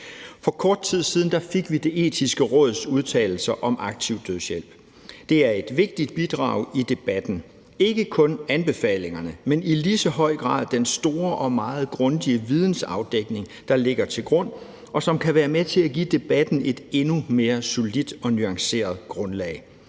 For kort tid siden fik vi Det Etiske Råds udtalelser om aktiv dødshjælp. Det er et vigtigt bidrag i debatten, og det gælder ikke kun anbefalingerne, men i lige så høj grad den store og meget grundige vidensafdækning, der ligger til grund, og som kan være med til at give debatten et endnu mere solidt og nuanceret grundlag.